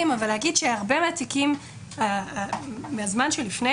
להגיד שהרבה מהתיקים מהזמן שלפני